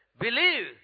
Believe